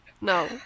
no